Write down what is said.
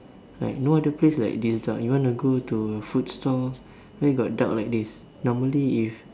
like no other place like this dark even you want to go to food store where got dark like this normally if